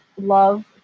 love